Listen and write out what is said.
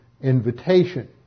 invitation